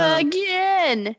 again